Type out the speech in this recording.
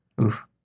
Oof